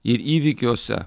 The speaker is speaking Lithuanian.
ir įvykiuose